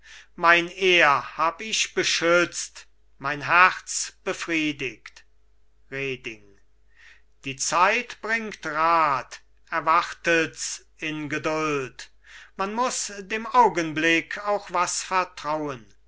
mein ehr hab ich beschützt mein herz befriedigt reding die zeit bringt rat erwartet's in geduld man muss dem augenblick auch was vertrauen